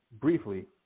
briefly